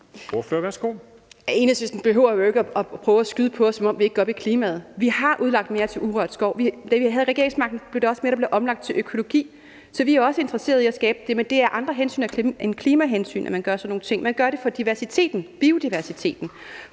Enhedslisten behøver jo ikke at skyde på os, som om vi ikke går op i klimaet. Vi har udlagt mere til urørt skov. Da vi havde regeringsmagten, var der også mere, der blev omlagt til økologi – så vi er også interesseret i at skabe det. Men det er af andre hensyn end klimahensyn, man gør sådan nogle ting. Man gør det for biodiversiteten